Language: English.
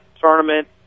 tournament